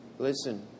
Listen